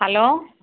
hello